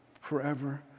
forever